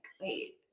wait